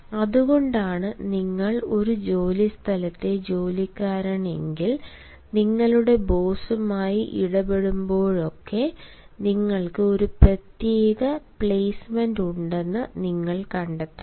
അതുകൊണ്ടാണ് നിങ്ങൾ ഒരു ജോലിസ്ഥലത്തെ ജോലിക്കാരനെങ്കിൽ നിങ്ങളുടെ ബോസുമായി ഇടപെടുമ്പോഴും നിങ്ങൾക്ക് ഒരു പ്രത്യേക പ്ലെയ്സ്മെന്റ് ഉണ്ടെന്ന് നിങ്ങൾ കണ്ടെത്തും